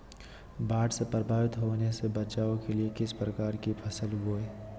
बाढ़ से प्रभावित होने से बचाव के लिए किस प्रकार की फसल बोए?